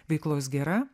veiklos gera